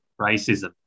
racism